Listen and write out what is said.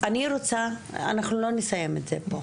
אני רוצה, אנחנו לא נסיים את זה פה.